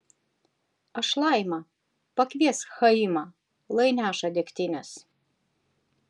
aš laima pakviesk chaimą lai neša degtinės